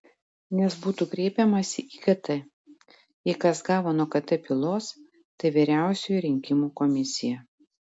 nes būtų kreipiamasi į kt jei kas gavo nuo kt pylos tai vyriausioji rinkimų komisija